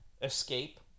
escape